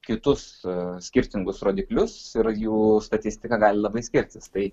kitus skirtingus rodiklius ir jų statistika gali labai skirtis tai